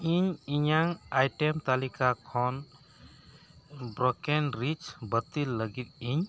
ᱤᱧ ᱤᱧᱟᱹᱜ ᱟᱭᱴᱮᱢ ᱛᱟᱹᱞᱤᱠᱟ ᱠᱷᱚᱱ ᱵᱨᱳᱠᱮᱱ ᱨᱟᱭᱤᱥ ᱵᱟᱹᱛᱤᱞ ᱞᱟᱹᱜᱤᱫ ᱤᱧ